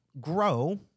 grow